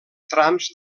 trams